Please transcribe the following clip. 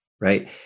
Right